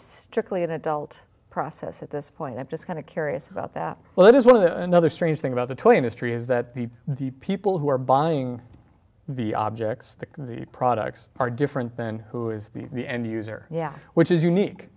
strictly an adult process at this point i'm just kind of curious about that well that is one of the another strange thing about the toy industry is that the the people who are buying the objects the the products are different than who is be the end user yeah which is unique